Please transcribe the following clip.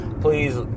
Please